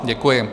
Děkuji.